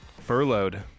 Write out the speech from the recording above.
Furloughed